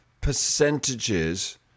percentages